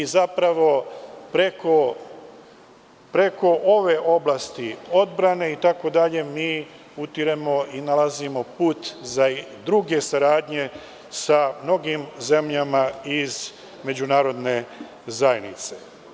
Zapravo, preko ove oblasti odbrane itd, mi utiremo i nalazimo put za druge saradnje sa mnogim zemljama iz međunarodne zajednice.